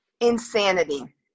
insanity